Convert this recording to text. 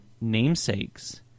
namesakes